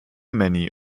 many